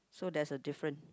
so there's a different